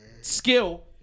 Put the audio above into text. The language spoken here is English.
skill